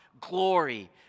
glory